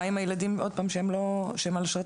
אנחנו על המוקד עשרים